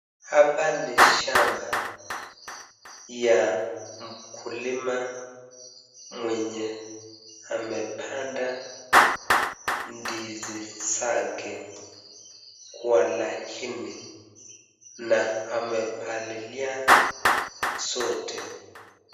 Hapa ni shamba ya mkulima mwenye amepanda ndizi zake kwa laini na amepalilia zote.